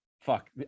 fuck